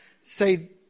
say